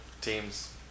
teams